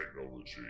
technology